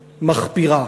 מחפירה.